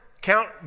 Count